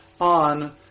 on